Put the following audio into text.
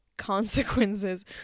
consequences